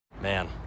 Man